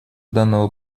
данного